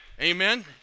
Amen